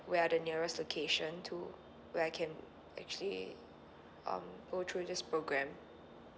where are the nearest location to where I can actually um go through this program